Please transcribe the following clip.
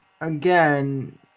Again